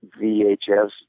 VHS